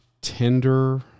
tender